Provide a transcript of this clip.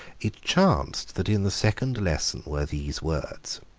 it chanced that in the second lesson were these words